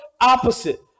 opposite